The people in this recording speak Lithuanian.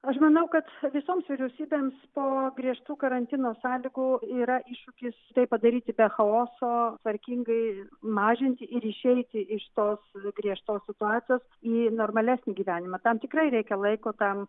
aš manau kad visoms vyriausybėms po griežtų karantino sąlygų yra iššūkis tai padaryti be chaoso tvarkingai mažinti ir išeiti iš tos griežtos situacijos į normalesnį gyvenimą tam tikrai reikia laiko tam